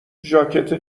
ژاکت